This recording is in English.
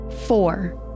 Four